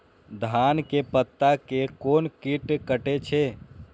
धान के पत्ता के कोन कीट कटे छे?